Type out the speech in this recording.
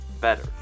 better